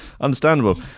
Understandable